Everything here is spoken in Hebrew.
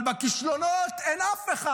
אבל בכישלונות אין אף אחד.